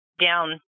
down